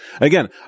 Again